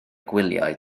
gwyliau